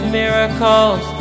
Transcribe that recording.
miracles